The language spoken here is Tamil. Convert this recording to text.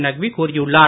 நக்வி கூறியுள்ளார்